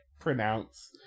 pronounce